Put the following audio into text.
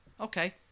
okay